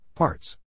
Parts